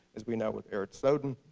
as we know with eric snowden.